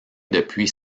depuis